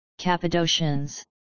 Cappadocians